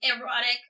erotic